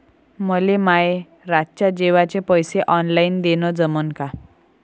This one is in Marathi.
मले माये रातच्या जेवाचे पैसे ऑनलाईन देणं जमन का?